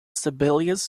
sibelius